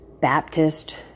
Baptist